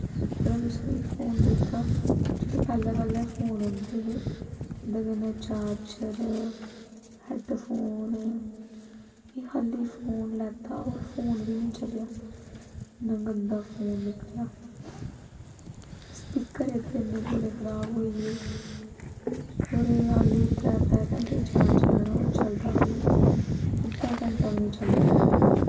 छड़ा तुसें मिगी फोन दित्ता जेह्ड़े पैह्लें पैह्लें फोन औंदे हे उं'दे कन्नै चार्जर हैडफोन एह् खाल्ली फोन लैत्ता होर फोन बी निं चलेआ इन्ना गंदा फोन निकलेआ स्पीकर एह्दे इन्ने तौले खराब होई गे होर हल्ली एह् त्रै त्रै घैंटे चार्ज लाना होऐ चलदा खाल्ली अद्धा घैंटा बी निं चलदा ऐ